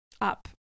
up